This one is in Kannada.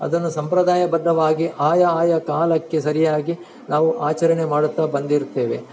ಅದನ್ನು ಸಂಪ್ರದಾಯ ಬದ್ಧವಾಗಿ ಆಯಾ ಆಯಾ ಕಾಲಕ್ಕೆ ಸರಿಯಾಗಿ ನಾವು ಆಚರಣೆ ಮಾಡುತ್ತಾ ಬಂದಿರುತ್ತೇವೆ